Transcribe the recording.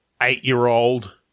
eight-year-old